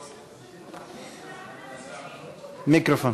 אדוני היושב-ראש, השר, מיקרופון.